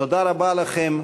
תודה רבה לכם.